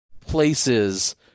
places